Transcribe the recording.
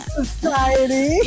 society